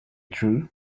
true